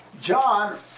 John